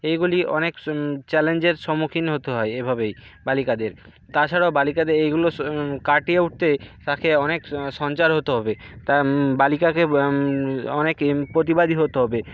এইগুলি অনেক চ্যালেঞ্জের সম্মুখীন হতে হয় এভাবেই বালিকাদের তাছাড়াও বালিকাদের এইগুলো স কাটিয়ে উটতে তাকে অনেক সঞ্চার হতে হবে তা বালিকাকে অনেক এম প্রতিবাদী হতে হবে